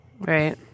Right